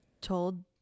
Told